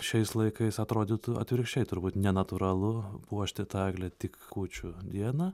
šiais laikais atrodytų atvirkščiai turbūt nenatūralu puošti tą eglę tik kūčių dieną